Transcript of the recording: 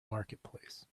marketplace